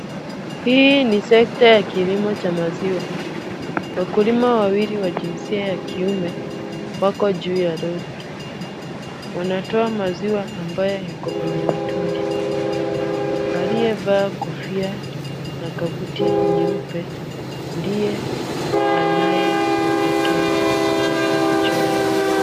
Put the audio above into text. Hii ni sekta ya kilimo cha maziwa. Wakulima wawili wa jinsia ya kiume wako juu ya lori. Wanatoa maziwa ambayo yako kwenye mitungi. Aliyevaa kofia na kabuti nyeupe ndiye anayeyapokea na kuyachunga.